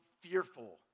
fearful